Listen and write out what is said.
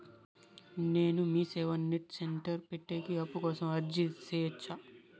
నేను MeeSeva net centre పెట్టేకి అప్పు కోసం అర్జీ సేయొచ్చా?